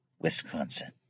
Wisconsin